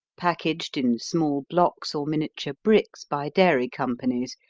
packaged in small blocks or miniature bricks by dairy companies,